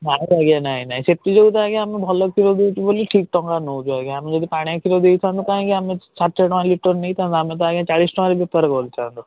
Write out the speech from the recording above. ନାହିଁ ଆଜ୍ଞା ନାହିଁ ନାହିଁ ସେଥି ଯୋଗୁଁ ଆଜ୍ଞା ଆମେ ଭଲ କ୍ଷୀର ଦେଉଛୁ ବୋଲି ଠିକ୍ ଟଙ୍କା ନେଉଛୁ ଆଜ୍ଞା ଆମେ ଯଦି ପାଣିଆ କ୍ଷୀର ଦେଇଥାନ୍ତୁ ଆମେ କାହିଁକି ଆମେ ଷାଠିଏ ଟଙ୍କା ଲିଟର ନେଇଥାନ୍ତୁ ଆମେ ତ ଆଜ୍ଞା ଚାଳିଶ ଟଙ୍କାରେ ବେପାର କରିଥାନ୍ତୁ